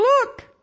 Look